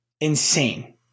insane